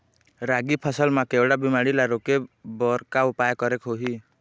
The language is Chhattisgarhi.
रागी फसल मा केवड़ा बीमारी ला रोके बर का उपाय करेक होही?